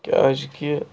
کیٛازِکہِ